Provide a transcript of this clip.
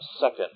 second